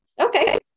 Okay